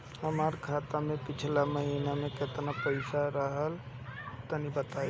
हमार खाता मे पिछला महीना केतना पईसा रहल ह तनि बताईं?